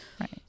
Right